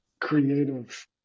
creative